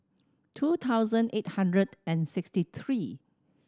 two thousand eight hundred and sixty three